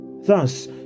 Thus